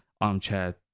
armchair